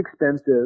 expensive